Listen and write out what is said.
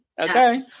Okay